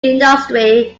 industry